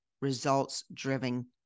results-driven